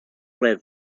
rev